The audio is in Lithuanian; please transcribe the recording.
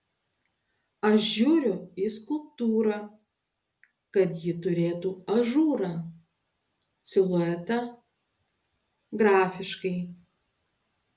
aš žiūriu į skulptūrą kad ji turėtų ažūrą siluetą grafiškai